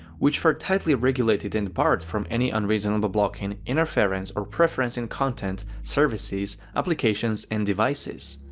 which were tightly regulated and barred from any unreasonable blocking, interference, or preference in content, services, applications and devices.